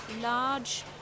large